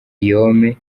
guillaume